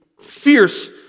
fierce